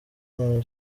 none